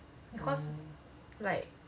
cause like